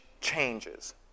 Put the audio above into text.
changes